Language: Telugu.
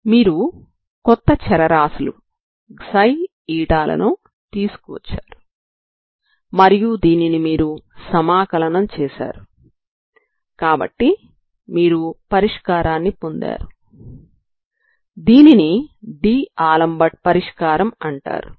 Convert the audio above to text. మీరు కొత్త చరరాశులు లను తీసుకువచ్చారు మరియు దీనిని మీరు సమాకలనం చేశారు కాబట్టి మీరు పరిష్కారాన్ని పొందారు దానిని డి' ఆలెంబెర్ట్ d'alembert పరిష్కారం అంటారు